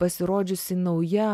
pasirodžiusi nauja